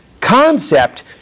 concept